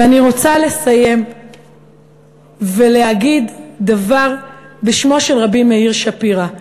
ואני רוצה לסיים ולהגיד דבר בשמו של רבי מאיר שפירא,